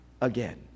again